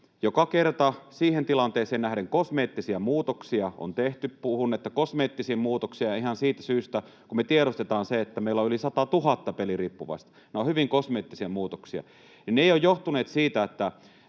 joka kerta siihen tilanteeseen nähden kosmeettisia muutoksia on tehty — puhun kosmeettisista muutoksista ihan siitä syystä, että kun me tiedostetaan se, että meillä on yli 100 000 peliriippuvaista, nämä ovat hyvin kosmeettisia muutoksia — ei ole ollut se,